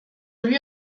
lui